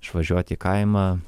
išvažiuoti į kaimą